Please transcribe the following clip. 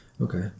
Okay